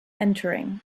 entering